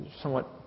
Somewhat